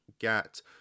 get